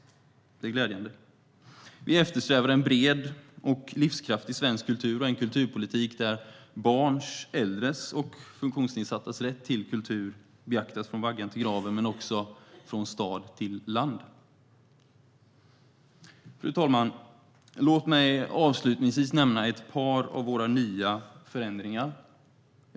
Det är glädjande. Vi eftersträvar bred och livskraftig svensk kultur och kulturpolitik där barns, äldres och funktionsnedsattas rätt till kultur beaktas från vaggan till graven, men också från stad till land. Fru talman! Låt mig avslutningsvis nämna ett par av våra nya förändringar.